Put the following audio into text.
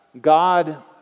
God